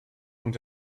und